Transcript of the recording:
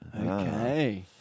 Okay